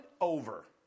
over